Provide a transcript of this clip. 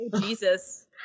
Jesus